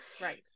Right